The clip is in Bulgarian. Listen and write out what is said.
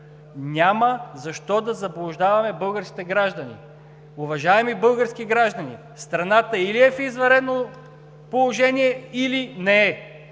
Няма защо да заблуждаваме българските граждани. Уважаеми български граждани, страната или е в извънредно положение, или не е.